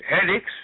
headaches